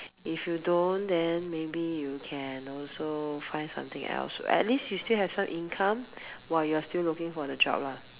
if you don't then maybe you can also find something else at least you still have some income while you're still looking for the job lah